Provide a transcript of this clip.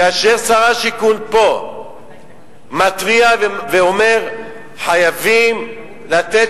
כאשר שר השיכון פה מתריע ואומר: חייבים לתת